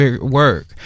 work